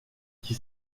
qui